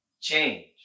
Change